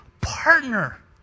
partner